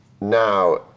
now